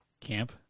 camp